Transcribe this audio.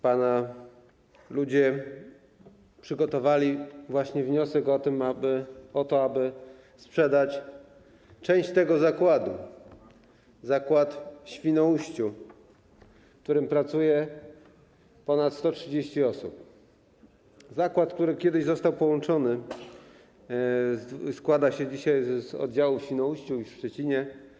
Pana ludzie przygotowali właśnie wniosek o to, aby sprzedać część tego zakładu, zakład w Świnoujściu, w którym pracuje ponad 130 osób, zakład, który kiedyś został połączony, składał się z oddziału w Świnoujściu i w Szczecinie.